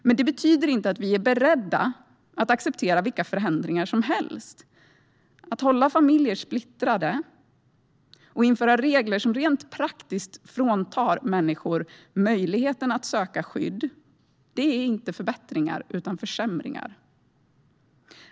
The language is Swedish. Men det betyder inte att vi är beredda att acceptera vilka förändringar som helst. Att hålla familjer splittrade och införa regler som rent praktiskt fråntar människor möjligheten att söka skydd är inte förbättringar utan försämringar.